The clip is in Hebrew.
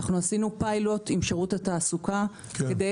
עשינו פיילוט עם שירות התעסוקה כדי